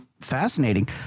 Fascinating